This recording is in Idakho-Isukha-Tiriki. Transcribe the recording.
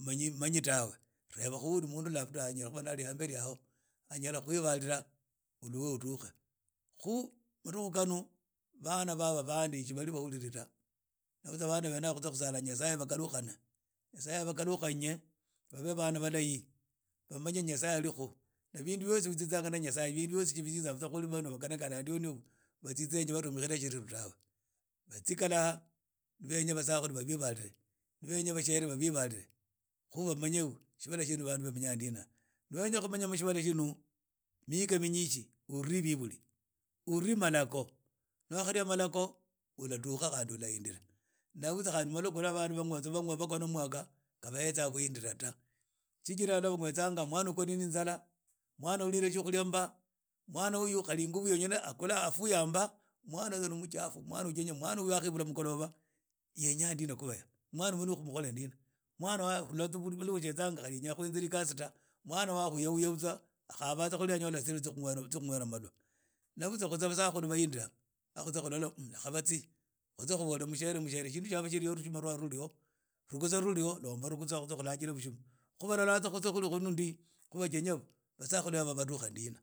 Mayi tawe rheba khu undi ula labda anayala khuba ni amanyi anayala khukhuibalila oluhe odukhe khu madukhu khano bana baba bandi tsi bahula ta na butsa khusala nyasaye bana aba na bakhalukhane, nyasaye abakhalukhanye babee bana balahi bamanye nyasaye alikhu na bindu byotsi bitsitsanga na nyasaye bindi byosi tsibitsitsanga tsa tsa bandu bakhanakhanya ndionyo batsitsa ni tawe batsie khalaha ni benya basakhulu na bashiere babibalile bandu bamenya ndina ni wneya khu manya tsia bandu bamenya mushibala tsinu mwihikha minyishi ohule bibuli uhuke malakho ni wakhahula malakho uladukha khandi ulahenderea na butsa khandi malakho kha bandu wamwa malwa kha bahetsa buhindira ta chijira lwa umwetsanga mwana ukhoni ne inzara mwna ulile tsiokhulia mba mwana uyu khali engubu afuya mba mwana uyu ni muchafu mwana ujenya mwna wa wakhebula mukholoba yenya ndina khu baya yenya khu mukhole ndina lwa buchezanga yenya khukhola ikasi ta mwna wakhuya huya butsa akhaba tsa khuli anyola tso khunywela malwa na butswa basakulu bahindira akhutsa khulola nda khaba tsi khutsia khubola mushiere rukhutsa luli ho alomba rukhutsa khuia no bushuma kho balola tsa khunu ndi khu bajenya basakhulu haba badukha ndina